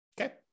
Okay